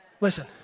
Listen